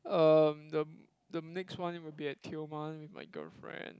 um the the next one will be at Tioman with my girlfriend